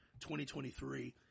2023 –